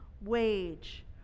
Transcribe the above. wage